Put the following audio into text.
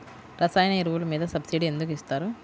రసాయన ఎరువులు మీద సబ్సిడీ ఎందుకు ఇస్తారు?